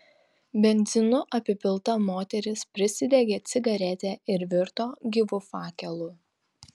benzinu apipilta moteris prisidegė cigaretę ir virto gyvu fakelu